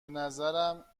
نظرم